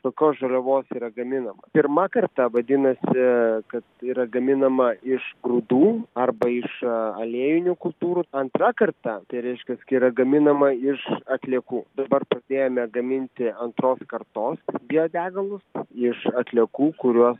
kokios žaliavos yra gaminama pirma karta vadinasi kas yra gaminama iš grūdų arba iš aliejinių kultūrų antra karta tai reiškias kai yra gaminama iš atliekų dabar pradėjome gaminti antros kartos biodegalus iš atliekų kuriuos